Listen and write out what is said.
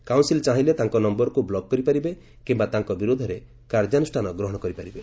council ଚାହିଁଲେ ତାଙ୍କ ନୟରକୁ ବ୍ଲକ୍ କରିପାରିବେ କିମ୍ବା ତାଙ୍କ ବିରୁଦ୍ଧରେ କାର୍ଯ୍ୟାନୁଷ୍ଠାନ ଗ୍ରହଣ କରିପାରିବେ